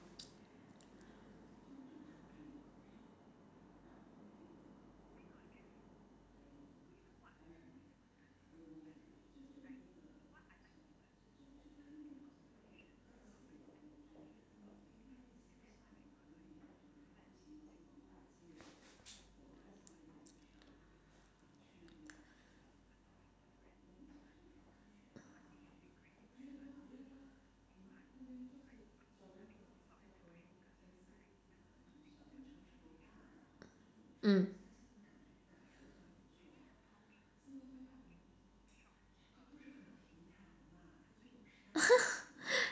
mm